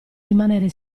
rimanere